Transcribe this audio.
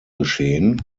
geschehen